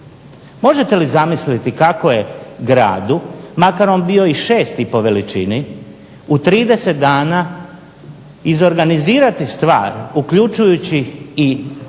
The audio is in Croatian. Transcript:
Možete li zamisliti kako je gradu makar on bio i 6.po veličini u 30 dana izorganizirati stvar uključujući i